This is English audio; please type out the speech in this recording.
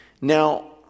now